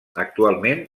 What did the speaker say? actualment